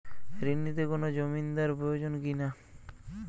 ঋণ নিতে কোনো জমিন্দার প্রয়োজন কি না?